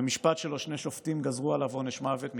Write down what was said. במשפט שלו שני שופטים מתוך שלושה גזרו עליו עונש מוות,